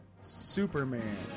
Superman